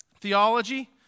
theology